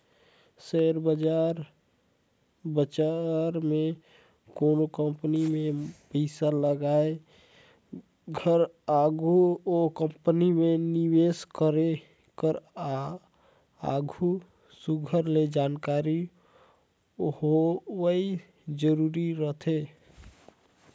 share बजार में कोनो कंपनी में पइसा लगाए कर आघु ओ कंपनी में निवेस करे कर आघु सुग्घर ले जानकारी होवई जरूरी रहथे